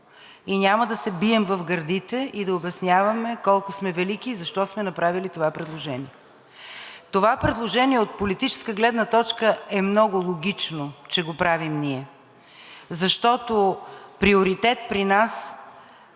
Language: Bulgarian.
и няма да се бием гърдите и да обясняваме колко сме велики и защо сме направили това предложение. Това предложение от политическа гледна точка е много логично, че го правим ние, защото приоритет при нас е